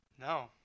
No